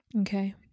Okay